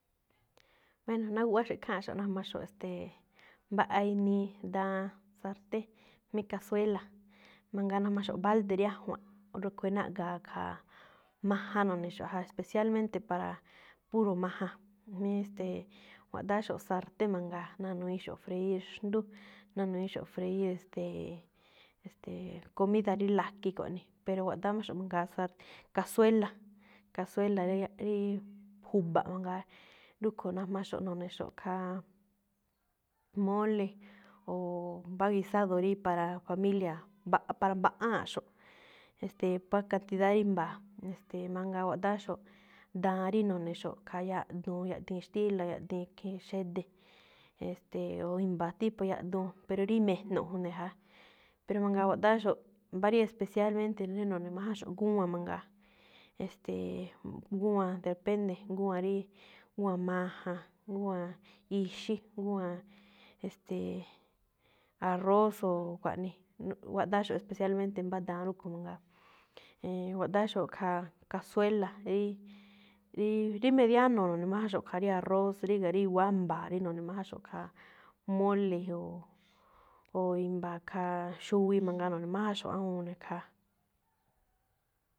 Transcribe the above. Bueno, ná guꞌwáxo̱ꞌ ikháanꞌxo̱ꞌ najmaxo̱ꞌ, e̱ste̱e̱, mbaꞌa inii daan, sartéen, mí cazuela. Mangaa najmaxo̱ꞌ balde rí ajwa̱nꞌ, rúꞌkhue̱n naꞌga̱a khaa, majan no̱ne̱xo̱ꞌ ja, especialmente para puro majan. Mí ste̱e̱, guaꞌdááxo̱ꞌ sartéen mangaa, ná nu̱ñi̱íxo̱ꞌ freír xndú, ná nu̱ñi̱íxo̱ꞌ freír, e̱ste̱e̱, e̱ste̱e̱, comida rí lakiin kuaꞌnii, pero guaꞌdáámáxo̱ꞌ mangaa sar- cazuela, cazuela rí- rí ju̱ba̱ꞌ mangaa. Rúꞌkho̱ najmaxo̱ꞌ no̱ne̱xo̱ꞌ khaa, mole, oo mbá guisado rí para familia mbaꞌ para mbaꞌáanxo̱ꞌ, e̱ste̱e̱, mbá cantidad rí mba̱a̱. E̱ste̱e̱, mangaa guaꞌdááxo̱ꞌ daan rí no̱ne̱xo̱ꞌ khaa yaꞌduun, yaꞌdiin xtíla̱, yaꞌdiin ge̱e̱-xede̱. E̱ste̱e̱, o i̱mba̱ tipo yaꞌduun, pero rí me̱jno̱ꞌ juun ne̱ ja. Pero mangaa guaꞌdááxo̱ꞌ, mbá rí especialmente rí no̱ne̱májánxo̱ꞌ gúwan mangaa. E̱ste̱e̱, gúwan depende, gúwan rí, gúwan majan, gúwan ixí, gúwan, e̱ste̱e̱, arroz o kuaꞌnii. Nuꞌ-guaꞌdááxo̱ꞌ especialmente mbá daan rúꞌkho̱ mangaa, e̱e̱n. Guaꞌdááxo̱ꞌ khaa cazuela, rí- rí-rí mediano no̱ne̱májánxo̱ꞌ khaa rí arroz, ríga̱ rí i̱wa̱á mba̱a̱ rí no̱ne̱májánxo̱ꞌ khaa mole, oo- oo i̱mba̱ khaa xuwi mangaa no̱no̱májánxo̱ꞌ awúun ne̱ khaa.